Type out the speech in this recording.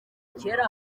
kera